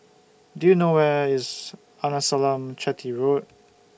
Do YOU know Where IS Arnasalam Chetty Road